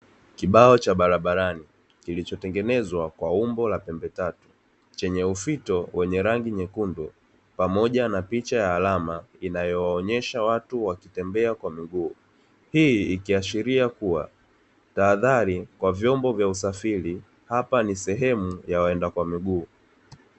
Kibao cha barabarani, kilichotengenezwa kwa umbo la pembe tatu, chenye ufito wenye rangi nyekundu, pamoja na picha ya alama inayoonyesha watu wakitembea kwa miguu. Hii ikiashiria kuwa tahadhari kwa vyombo vya usafiri, hapa ni sehemu ya waenda kwa miguu.